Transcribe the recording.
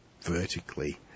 vertically